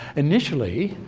initially,